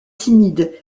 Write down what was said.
timide